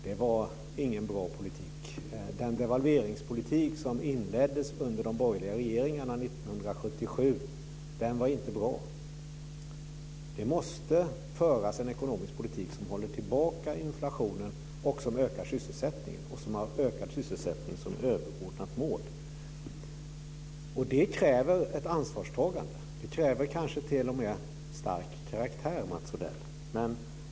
Det var ingen bra politik. Den devalveringspolitik som inleddes under de borgerliga regeringarna år 1977 var inte bra. Det måste föras en ekonomisk politik som håller tillbaka inflationen och som ökar sysselsättningen och som har ökad sysselsättning som överordnat mål. Det kräver ett ansvarstagande. Det kräver kanske t.o.m. stark karaktär, Mats Odell.